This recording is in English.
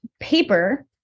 paper